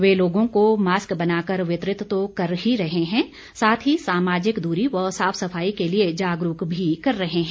वे लोगों को मास्क बना कर वितरित तो कर ही रहे हैं साथ ही सामाजिक दूरी व साफ सफाई के लिए जागरूक भी कर रहे हैं